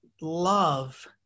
love